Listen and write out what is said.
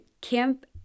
camp